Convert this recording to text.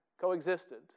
coexisted